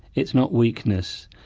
it's not weakness.